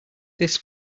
this